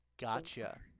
Gotcha